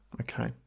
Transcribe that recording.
okay